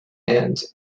and